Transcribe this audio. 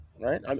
right